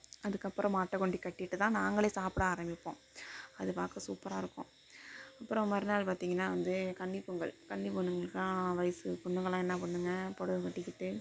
அதுக்கப்புறம் மாட்டை கொண்டு கட்டிட்டு தான் நாங்களே சாப்பிட ஆரம்பிப்போம் அது பார்க்க சூப்பராக இருக்கும் அப்புறம் மறுநாள் பார்த்திங்கன்னா வந்து கன்னிப் பொங்கல் கன்னி பொண்ணுங்களுக்கெலாம் வயசு பொண்ணுங்களாம் என்ன பண்ணுங்கள் புடவ கட்டிக்கிட்டு